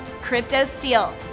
CryptoSteel